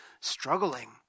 struggling